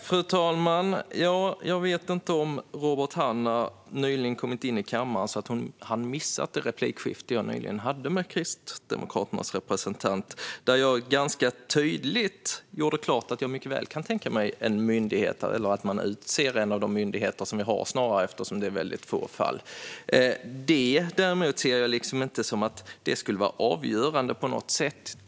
Fru talman! Jag vet inte om Robert Hannah nyss kom in i kammaren och därför missade det replikskifte jag hade med Kristdemokraternas representant. Jag var då ganska tydlig med att jag mycket väl kan tänka mig att man utser en ansvarig myndighet av dem vi redan har, eftersom det rör sig om få fall. Det är inte avgörande på något sätt.